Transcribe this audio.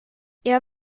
jeu